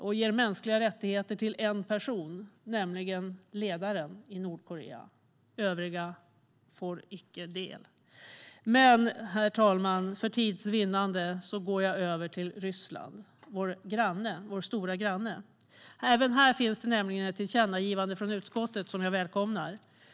Det ger mänskliga rättigheter till en person, nämligen ledaren i Nordkorea, och övriga får icke del. Herr talman! För tids vinnande går jag över till Ryssland, vår stora granne. Även här finns det nämligen ett tillkännagivande från utskottet som jag välkomnar.